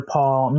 Paul